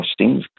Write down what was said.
costings